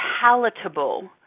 palatable